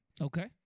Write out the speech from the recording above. Okay